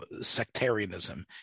sectarianism